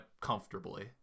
comfortably